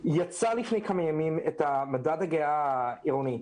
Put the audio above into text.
שיצא לפני כמה ימים מדד הגאווה העירוני.